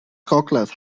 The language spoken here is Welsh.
gogledd